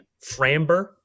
Framber